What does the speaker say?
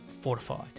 fortified